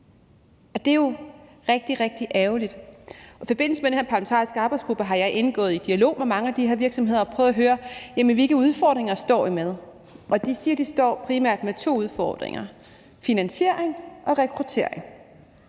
Det er jo rigtig, rigtig ærgerligt. I forbindelse med den her parlamentariske arbejdsgruppe har jeg indgået i dialog med mange af de her virksomheder og prøvet at spørge: Jamen hvilke udfordringer står I med? De siger, at de primært står med to udfordringer: finansiering og rekruttering.